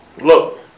Look